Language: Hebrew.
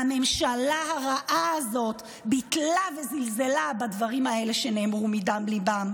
והממשלה הרעה הזאת ביטלה וזלזלה בדברים האלה שנאמרו מדם ליבם.